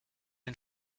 den